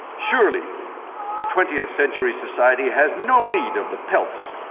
surely twentieth century society has no need of the pelts,